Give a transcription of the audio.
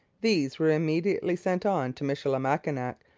these were immediately sent on to michilimackinac,